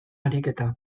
ariketa